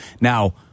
Now